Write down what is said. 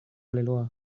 leloa